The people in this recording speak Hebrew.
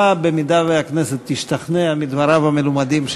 במידה שהכנסת תשתכנע מדבריו המלומדים.